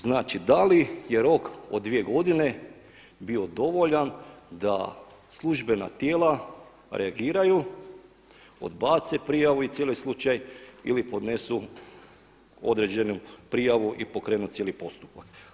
Znači da li je rok od 2 godine bio dovoljan da službena tijela reagiraju, odbace prijavu i cijeli slučaj ili podnesu određenu prijavu i pokrenu cijeli postupak?